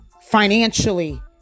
financially